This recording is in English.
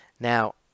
Now